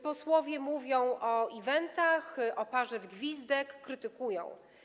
Posłowie mówią o eventach, o parze w gwizdek, krytykują.